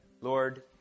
Lord